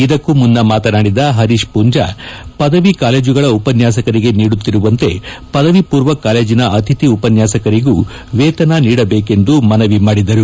ಇದಕ್ಕೂ ಮುನ್ನ ಮಾತನಾಡಿದ ಹರೀಶ್ ಮೂಂಜಾ ಪದವಿ ಕಾಲೇಜಗಳ ಉಪನ್ಮಾಸಕರಿಗೆ ನೀಡುತ್ತಿರುವಂತೆ ಪದವಿಪೂರ್ವ ಕಾಲೇಜನ ಅತಿಥಿ ಉಪನ್ವಾಸಕರಿಗೂ ವೇತನ ನೀಡಬೇಕೆಂದು ಮನವಿ ಮಾಡಿದರು